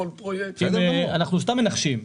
אנחנו סתם מנחשים.